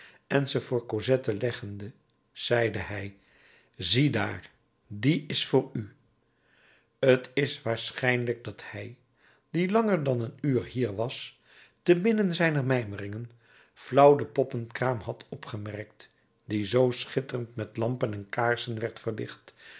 en ze voor cosette leggende zeide hij ziedaar die is voor u t is waarschijnlijk dat hij die langer dan een uur hier was te midden zijner mijmeringen flauw de poppenkraam had opgemerkt die zoo schitterend met lampen en kaarsen werd verlicht